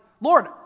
Lord